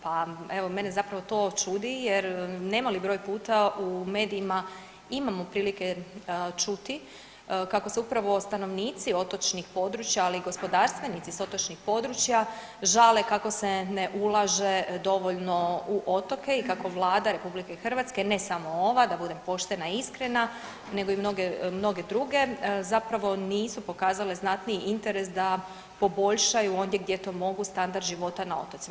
Pa evo, mene zapravo to čudi jer nemali broj puta u medijima imamo prilike čuti kako se upravo stanovnici otočnih područja, ali i gospodarstvenici s otočnih područja žale kako se ne ulaže dovoljno u otoke i kako Vlada RH, ne samo ova, da budem poštena i iskrena, nego i mnoge druge, zapravo nisu pokazale znatniji interes da poboljšaju ondje gdje to mogu standard života na otocima.